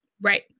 Right